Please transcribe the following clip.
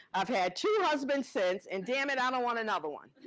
i've had two husbands since, and dammit, i don't want another one.